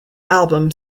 album